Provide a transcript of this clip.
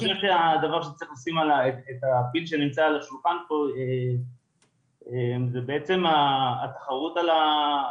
אני חושב שהדבר שצריך לשים עליו את הדגש זה בעצם התחרות על המבוטחים,